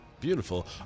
Beautiful